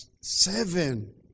seven